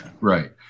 Right